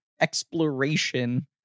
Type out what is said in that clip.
exploration